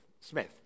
Smith